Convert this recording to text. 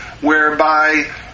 whereby